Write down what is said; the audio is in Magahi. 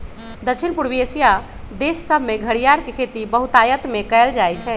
दक्षिण पूर्वी एशिया देश सभमें घरियार के खेती बहुतायत में कएल जाइ छइ